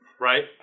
Right